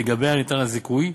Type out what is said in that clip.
שלגביה ניתן הזיכוי,